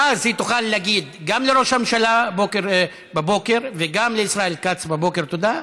ואז היא תוכל להגיד גם לראש הממשלה בבוקר וגם לישראל כץ בבוקר תודה,